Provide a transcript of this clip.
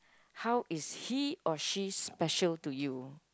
how is he or she special to you